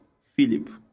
Philip